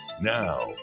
now